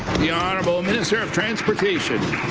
the honourable minister of transportation.